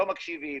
לא מקשיבים,